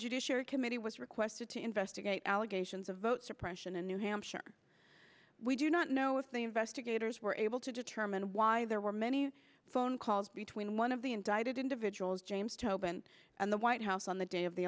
judiciary committee was requested to investigate allegations of vote suppression in new hampshire we do not know if the investigators were able to determine why there were many phone calls between one of the indicted individuals james tobin and the white house on the day of the